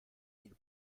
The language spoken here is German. dinge